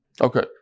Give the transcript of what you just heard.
Okay